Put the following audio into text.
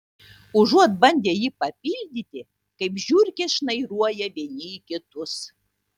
užuot bandę jį papildyti kaip žiurkės šnairuoja vieni į kitus